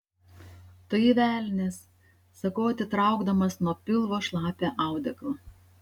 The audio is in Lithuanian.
tai velnias sakau atitraukdamas nuo pilvo šlapią audeklą